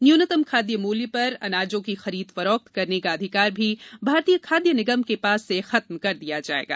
न्यूनतम खाद्य मूल्य पर अनाजों की खरीद फरोख्त करने का अधिकार भी भारतीय खादय निगम के पास से खत्म कर दिया जाएगा